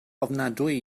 ofnadwy